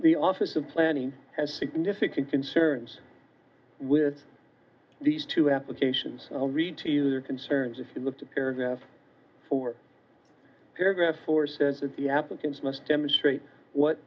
the office of planning has significant concerns with these two applications i'll read to you their concerns if you look to paragraph four paragraph four says that the applicants must demonstrate what